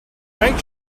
make